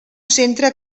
centre